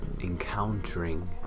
encountering